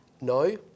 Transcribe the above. No